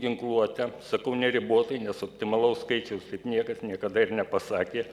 ginkluotę sakau neribotai nes optimalaus skaičiaus taip niekas niekada ir nepasakė